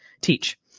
teach